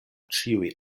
ĉiuj